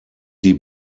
die